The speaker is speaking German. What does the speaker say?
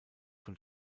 von